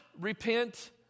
repent